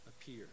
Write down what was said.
appear